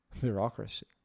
bureaucracy